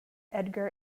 edgar